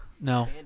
no